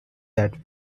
that